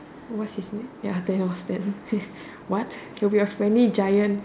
what his name ya Thanos Thanos what he will be a friendly giant